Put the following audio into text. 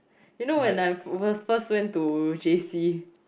you know when I first went to J_C